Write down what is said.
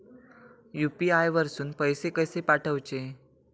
UPI वरसून पैसे कसे पाठवचे?